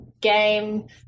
game